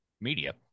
media